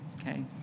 okay